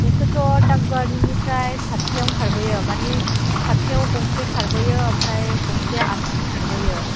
बिसोरथ' दादगारिनिफ्राय साटथायावनो खारबोयो माने साटथायाव गंसे खारबोयो ओमफ्राय गंसेया आटथायाव खारबोयो